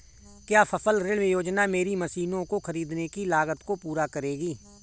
क्या फसल ऋण योजना मेरी मशीनों को ख़रीदने की लागत को पूरा करेगी?